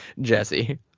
Jesse